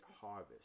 harvest